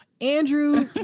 andrew